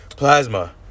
Plasma